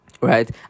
Right